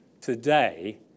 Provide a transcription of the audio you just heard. Today